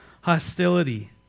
hostility